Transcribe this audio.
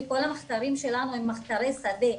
וכל המחקרים שלנו הם מחקרי שדה.